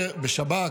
בשב"כ,